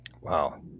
Wow